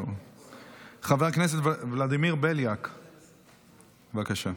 חבר הכנסת ולדימיר בליאק, בבקשה.